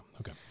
Okay